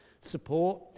support